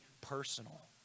personal